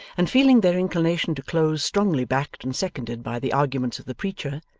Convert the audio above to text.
and feeling their inclination to close strongly backed and seconded by the arguments of the preacher,